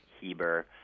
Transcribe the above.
Heber